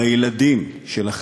בילדים שלכם.